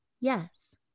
yes